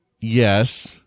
Yes